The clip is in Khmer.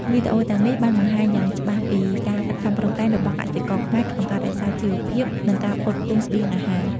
វីដេអូទាំងនេះបានបង្ហាញយ៉ាងច្បាស់ពី ការខិតខំប្រឹងប្រែងរបស់កសិករខ្មែរ ក្នុងការរក្សាជីវភាព និងការផ្គត់ផ្គង់ស្បៀងអាហារ។